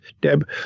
Deb